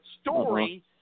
story